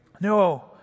No